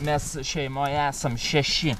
mes šeimoje esam šeši